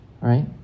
right